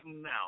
now